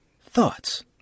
Thoughts